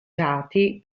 stati